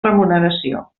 remuneració